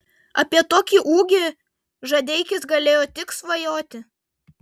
apie tokį ūgį žadeikis galėjo tik svajoti